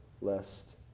lest